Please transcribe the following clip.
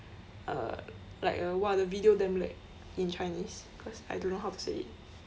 uh like uh !wah! the video damn lag in chinese cause I don't know how to say it